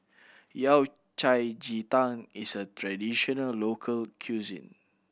Yao Cai ji tang is a traditional local cuisine